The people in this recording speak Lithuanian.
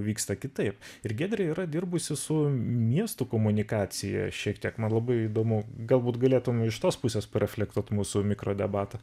vyksta kitaip ir giedrė yra dirbusi su miestų komunikacija šiek tiek man labai įdomu galbūt galėtum iš tos pusės reflektuoti mūsų mikrodebatą